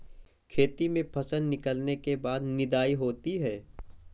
खेती में फसल निकलने के बाद निदाई होती हैं?